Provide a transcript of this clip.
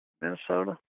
Minnesota